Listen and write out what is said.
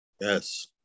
Yes